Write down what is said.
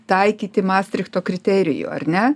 taikyti mastrichto kriterijų ar ne